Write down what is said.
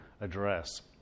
address